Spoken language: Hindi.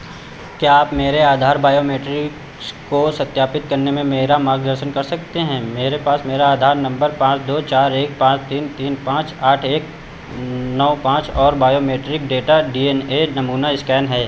क्या आप मेरे आधार बायोमेट्रिक्स को सत्यापित करने में मेरा मार्गदर्शन कर सकते हैं मेरे पास मेरा आधार नम्बर पाँच दो चार एक पाँच तीन तीन पाँच आठ एक नौ पाँच और biometric data D N A नमूना इस्कैन है